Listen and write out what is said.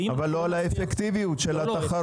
כן, אבל לא על האפקטיביות של התחרות.